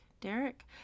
Derek